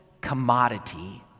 commodity